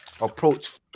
approach